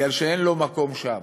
כי אין לו מקום שם.